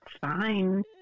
fine